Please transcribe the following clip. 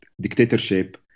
dictatorship